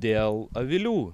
dėl avilių